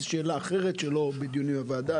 שאלת הלגליזציה הנה שאלה אחרת שלא נמצאת בדיון בוועדה.